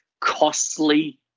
costly